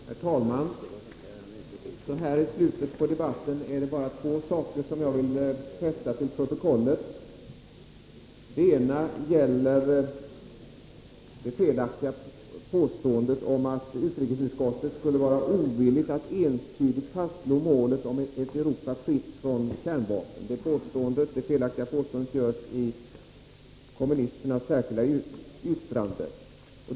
Herr talman! Så här i slutet av debatten är det bara två saker som jag vill fästa till protokollet. Den ena gäller det felaktiga påståendet att utrikesutskottet skulle vara ovilligt att entydigt fastslå målet om ett Europa fritt från kärnvapen. Det felaktiga påståendet görs i kommunisternas särskilda yttrande.